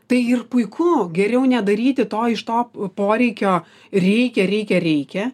tai ir puiku geriau nedaryti to iš to poreikio reikia reikia reikia